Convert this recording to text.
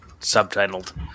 subtitled